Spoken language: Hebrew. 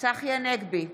צחי הנגבי,